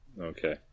Okay